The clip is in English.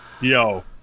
Yo